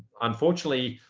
unfortunately,